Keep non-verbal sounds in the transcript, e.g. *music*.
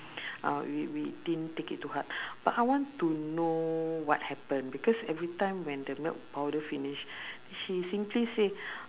*breath* uh we we didn't take it to heart but I want to know what happen because every time when the milk powder finish she simply say